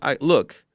Look